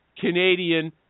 Canadian